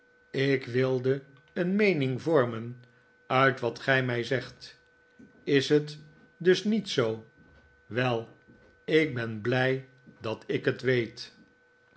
heb ikwilde een meening vormen uit wat gij mij zegt is het dus niet zoo wel ik ben blij dat ik het weet